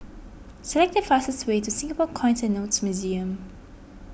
select the fastest way to Singapore Coins and Notes Museum